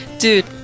dude